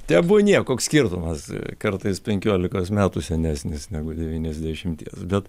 tebūnie koks skirtumas kartais penkiolikos metų senesnis negu devyniasdešimties bet